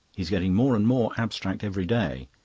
he's getting more and more abstract every day.